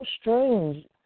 strange